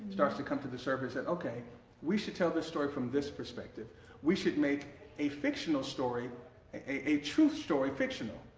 starts to come to the surface and ok we should tell this story from this perspective we should make a fictional story a truth story fictional.